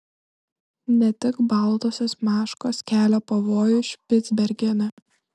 ne tik baltosios meškos kelia pavojų špicbergene